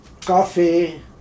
Coffee